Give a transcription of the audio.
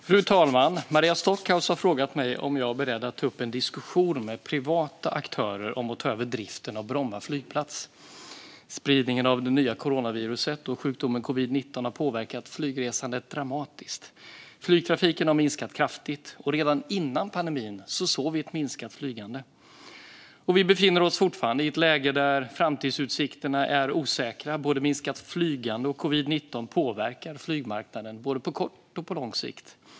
Fru talman! Maria Stockhaus har frågat mig om jag är beredd att ta upp en diskussion med privata aktörer om att ta över driften av Bromma flygplats. Spridningen av det nya coronaviruset och sjukdomen covid-19 har påverkat flygresandet dramatiskt. Flygtrafiken har minskat kraftigt. Redan innan pandemin såg vi ett minskat flygande. Vi befinner oss fortfarande i ett läge där framtidsutsikterna är osäkra. Både minskat flygande och covid-19 påverkar flygmarknaden, både på kort och på lång sikt.